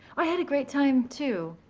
i had a great time, too.